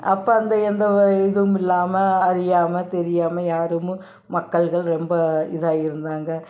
அப்போ அந்த எந்த எதுவும் இல்லாமல் அறியாமல் தெரியாமல் யாருமு மக்கள்கள் ரொம்ப இதாக இருந்தாங்க